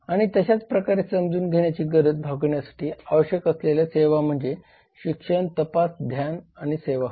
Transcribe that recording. आणि तशाच प्रकारे समजून घेण्याची गरज भागविण्यासाठी आवश्यक असलेल्या सेवा म्हणजे शिक्षण तपास आणि ध्यान सेवा होय